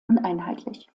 uneinheitlich